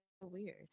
Weird